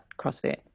CrossFit